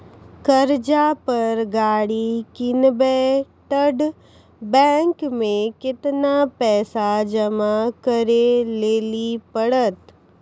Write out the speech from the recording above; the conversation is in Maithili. कर्जा पर गाड़ी किनबै तऽ बैंक मे केतना पैसा जमा करे लेली पड़त?